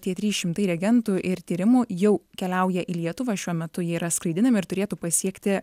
tie trys šimtai regentų ir tyrimų jau keliauja į lietuvą šiuo metu jie yra skraidinami ir turėtų pasiekti